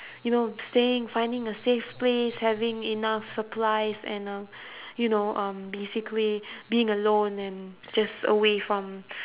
you know staying finding a safe place having enough supplies and um you know um basically being alone and just away from